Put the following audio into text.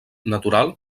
natural